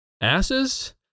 asses